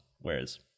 whereas